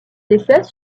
essais